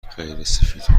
غیرسفید